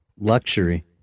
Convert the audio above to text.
luxury